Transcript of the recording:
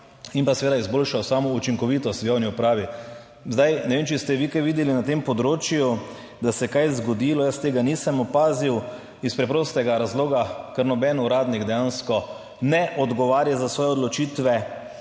in pa seveda izboljšal samo učinkovitost v javni upravi. Zdaj ne vem, če ste vi kaj videli na tem področju, da se je kaj zgodilo, jaz tega nisem opazil, iz preprostega razloga, ker noben uradnik dejansko ne odgovarja za svoje odločitve.